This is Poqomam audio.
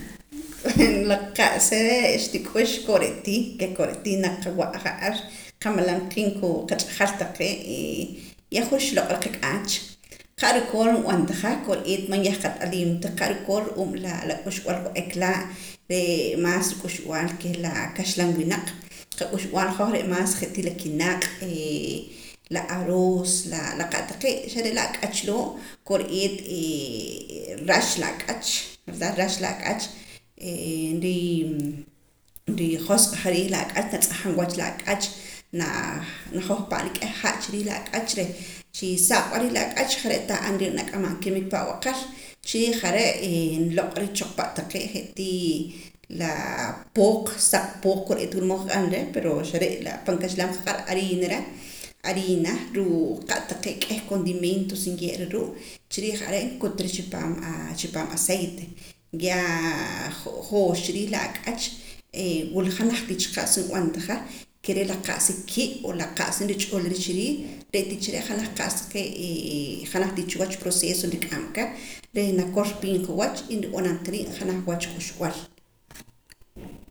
la qa'sa re' xnik'ux kore' tii ke kore' tii naaq qawa'a ja'ar qamalam qiib' kuu' qach'ajal taqee' yahwur xloq'ara qak'aach qa' rukoon nb'antaja kore'eet man yah qat'aliim ta qa' rukoor ru'uum la k'uxb'al wa'ak laa' ree' maas k'uxb'al keh la kaxlam winaq qak'uxb'aal hoj maas re' je' tii la kinaq' la aroos la qa' taqee' xare' la ak'ach loo' kore'eet rax la ak'ach verdad rax la ak'ach nrijosq'aja riiij la ak'ach nqatz'ajam wach la ak'ach najohpaam ala k'ieh ha' chi rii jal ak'ach reh chi saaq'wa riij la ak'ach jare' tah ar nak'amam aka kimik pan ab'aqel chi riij are' nloq'ara choqpa' taqee' je' tii la pooq la saq pooq wula mood nqaq'aram reh pero xare' la pan kaxlam nqaq'aram hariina reh hariina ruu' qa' taqee' k'ieh condimentos nye'ra ruu' chi riij are' nkutara chi paam aceite yaa joox cha riiij la ka'ach wala janaj tii cha qa'sa nb'antaja ke re' la qa'sa ki' o la qa'sa nrichulara chiriij re' tii cha are' janaja qanaj qa'sa janaj tii cha wach proceso nrik'am aka reh nakorpiim qa wach y nrib'anam qa riib' janaj wach tii cha k'uxb'al